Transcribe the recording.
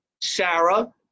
sarah